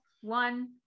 one